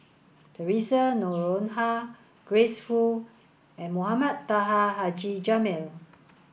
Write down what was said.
Theresa Noronha Grace Fu and Mohamed Taha Haji Jamil